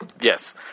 Yes